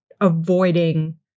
avoiding